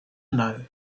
know